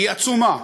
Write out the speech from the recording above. היא עצומה,